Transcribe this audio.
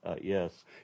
Yes